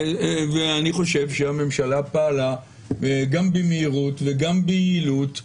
ואני חושב שהממשלה פעלה גם במהירות וגם ביעילות.